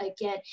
again